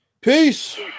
Peace